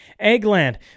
Eggland